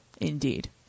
indeed